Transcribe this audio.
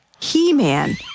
He-Man